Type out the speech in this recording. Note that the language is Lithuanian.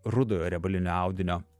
rudojo riebalinio audinio